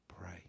pray